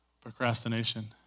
procrastination